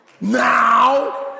now